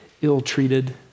ill-treated